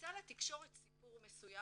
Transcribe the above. יצא לתקשורת סיפור מסוים,